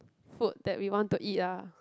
food that we want to eat ah